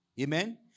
Amen